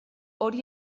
hori